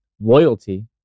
loyalty